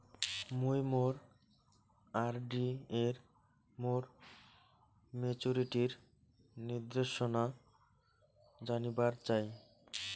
মুই মোর আর.ডি এর মোর মেচুরিটির নির্দেশনা জানিবার চাই